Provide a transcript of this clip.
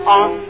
on